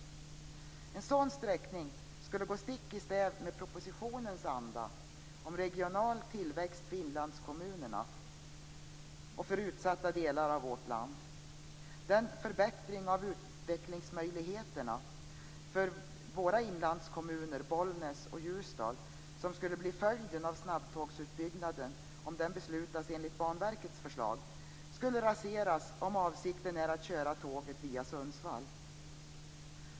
En sådan sträckning skulle gå stick i stäv med andan i propositionen. Det handlar ju där om en regional tillväxt för inlandskommunerna och för utsatta delar av vårt land. Den förbättring av utvecklingsmöjligheterna för våra inlandskommuner Bollnäs och Ljusdal som skulle bli följden av snabbtågsutbyggnaden - om denna beslutas enligt Banverkets förslag - raseras om avsikten är att köra tåget via Sundsvall.